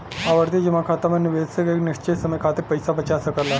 आवर्ती जमा खाता में निवेशक एक निश्चित समय खातिर पइसा बचा सकला